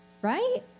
right